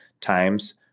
times